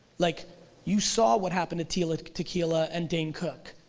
like you saw what happened to tila tequila, and dane cook,